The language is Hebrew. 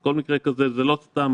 כל מקרה כזה זה לא סתם